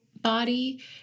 body